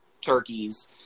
turkeys